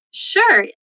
Sure